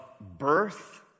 birth